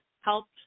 helped